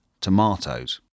tomatoes